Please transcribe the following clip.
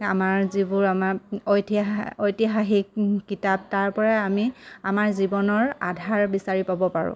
আমাৰ যিবোৰ আমাৰ ঐতিহা ঐতিহাসিক কিতাপ তাৰপৰাই আমি আমাৰ জীৱনৰ আধাৰ বিচাৰি পাব পাৰোঁ